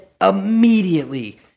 immediately